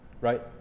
Right